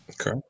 Okay